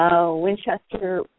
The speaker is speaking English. Winchester